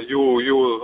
jų jų